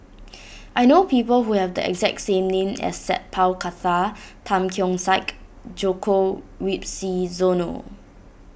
I know people who have the exact same name as Sat Pal Khattar Tan Keong Saik Djoko Wibisono